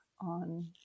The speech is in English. on